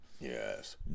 yes